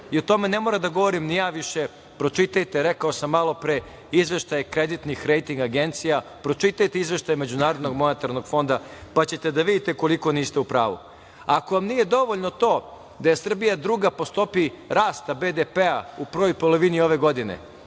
i o tome ne moram da govorim ni ja više. Pročitajte, rekao sam malo pre, izveštaj kreditnih rejting agencija, pročitajte izveštaj MMF-a, pa ćete da vidite koliko niste u pravu. Ako vam nije dovoljno to da je Srbija druga po stopi rasta BDP-a u prvoj polovini ove godine,